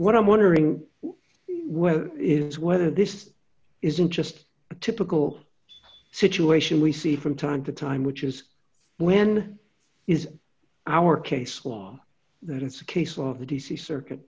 what i'm wondering well is whether this isn't just a typical situation we see from time to time which is when is our case law that it's a case of the d c circuit